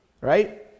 right